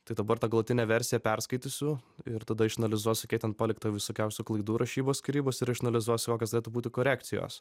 tai dabar tą galutinę versiją perskaitysiu ir tada išanalizuosiu kiek ten palikta visokiausių klaidų rašybos skyrybos ir išanalizuosiu kokios galėtų būti korekcijos